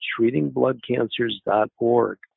treatingbloodcancers.org